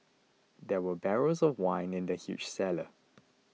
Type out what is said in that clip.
there were barrels of wine in the huge cellar